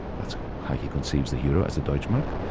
that's how he conceives the euro as a deutsche mark.